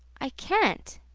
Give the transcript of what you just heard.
i can't.